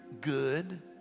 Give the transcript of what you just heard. good